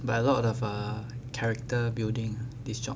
but a lot of a character building this job